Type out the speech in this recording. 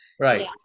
right